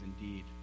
Indeed